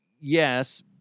yes